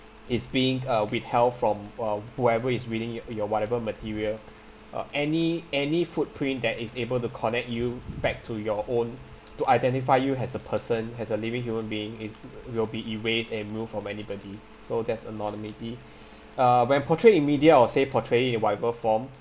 is being uh withheld from uh whoever is reading yo~ your whatever material uh any any footprint that is able to connect you back to your own to identify you as a person as a living human being is wi~ will be erased and moved from anybody so there's anonymity uh when portrayed in media or say portrayed in whatever form